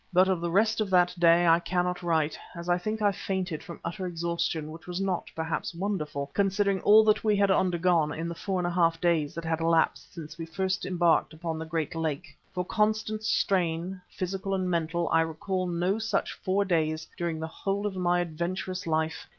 but of the rest of that day i cannot write, as i think i fainted from utter exhaustion, which was not, perhaps, wonderful, considering all that we had undergone in the four and a half days that had elapsed since we first embarked upon the great lake. for constant strain, physical and mental, i recall no such four days during the whole of my adventurous life.